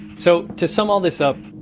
so, to sum all this up,